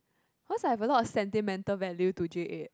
cause I have a lot of sentimental value to J eight